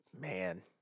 Man